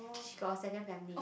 she got a second family